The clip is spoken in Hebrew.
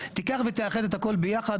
תיקח ותאחד את הכל ביחד.